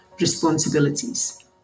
responsibilities